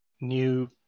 new